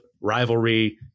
rivalry